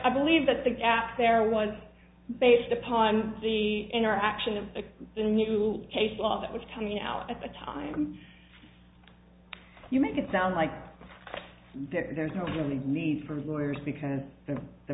believe that the out there was based upon the interaction of the new case law that was coming out at the time you make it sound like there is no really need for lawyers because the